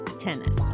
tennis